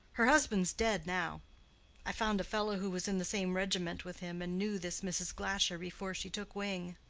her husband's dead now i found a fellow who was in the same regiment with him, and knew this mrs. glasher before she took wing.